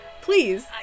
Please